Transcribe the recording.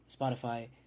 Spotify